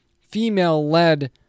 female-led